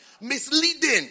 misleading